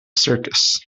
circus